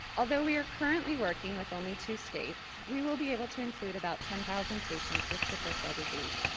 although we are currently working with only two states, we will be able to include about ten thousand patients with sickle cell disease,